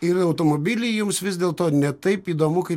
ir automobiliai jums vis dėl to ne taip įdomu kaip